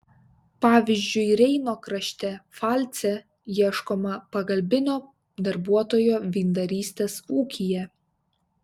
pavyzdžiui reino krašte pfalce ieškoma pagalbinio darbuotojo vyndarystės ūkyje